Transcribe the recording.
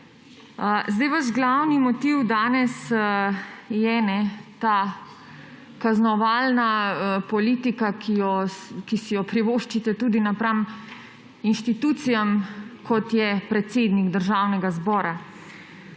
Vaš glavni motiv danes je ta kaznovalna politika, ki si jo privoščite tudi napram inštitucijam, kot je predsednik Državnega zbora.